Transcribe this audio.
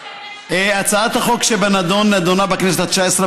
הצעת החוק שבנדון נדונה בכנסת התשע-עשרה